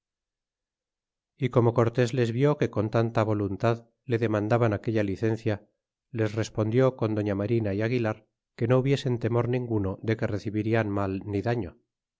y como cortés les vió que con tanta voluntad le demandaban aquella licencia les respondió con doña marina é aguilar que no hubiesen temor ninguno de que recibirian mal ni daño